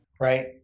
Right